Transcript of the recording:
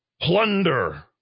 plunder